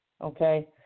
Okay